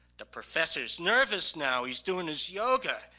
the professor's nervous now. he's doing his yoga.